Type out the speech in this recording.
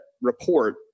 report